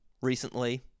recently